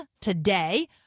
today